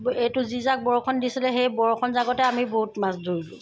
এইটো যিজাক বৰষুণ দিছিলে সেই বৰষুণজাকতে আমি বহুত মাছ ধৰিলোঁ